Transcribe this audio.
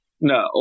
No